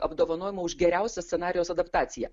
apdovanojimą už geriausią scenarijaus adaptaciją